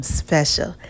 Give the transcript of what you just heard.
special